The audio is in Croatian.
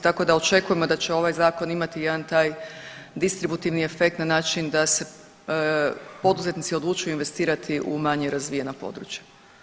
Tako da očekujemo da će ovaj zakon imati jedan taj distributivni efekt na način da se poduzetnici odlučuju investirati u manje razvijena područja.